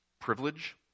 privilege